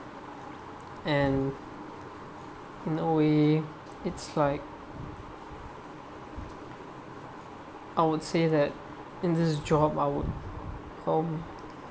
and in a way it's like I would say that in this job I would hop~